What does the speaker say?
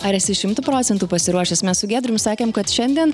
ar esi šimtu procentų pasiruošęs mes su giedriumi sakėm kad šiandien